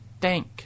THANK